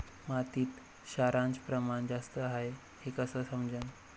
मातीत क्षाराचं प्रमान जास्त हाये हे कस समजन?